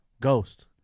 Ghost